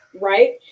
Right